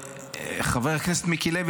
חבר הכנסת מיקי לוי,